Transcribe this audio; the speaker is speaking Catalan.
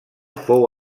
fou